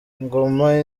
ngoma